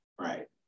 Right